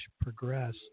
progress